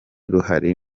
ruhari